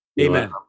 Amen